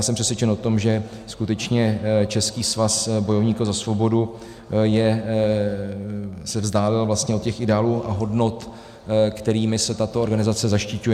Jsem přesvědčen o tom, že skutečně Český svaz bojovníků za svobodu se vzdálil vlastně od těch ideálů a hodnot, kterými se tato organizace zaštiťuje.